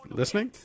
listening